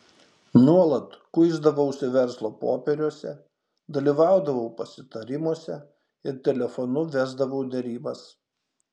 nuolat kuisdavausi verslo popieriuose dalyvaudavau pasitarimuose ir telefonu vesdavau derybas